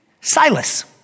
Silas